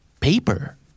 paper